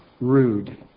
rude